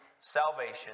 salvation